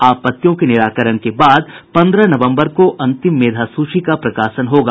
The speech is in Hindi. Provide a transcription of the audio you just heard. आपत्तियों के निराकरण के बाद पन्द्रह नवम्बर को अंतिम मेधा सूची का प्रकाशन होगा